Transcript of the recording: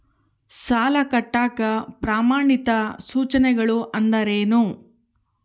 ಸಾಲ ಕಟ್ಟಾಕ ಪ್ರಮಾಣಿತ ಸೂಚನೆಗಳು ಅಂದರೇನು?